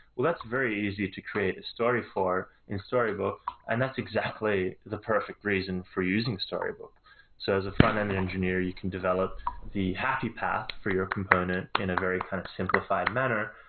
well, that's very easy to create a story for in storybook and that's exactly the perfect reason for using storybook so as a front-end engineer, you can develop the happy path for your component in a very kind of simplified manner.